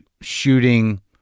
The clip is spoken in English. shooting